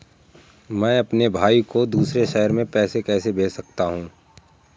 मैं अपने भाई को दूसरे शहर से पैसे कैसे भेज सकता हूँ?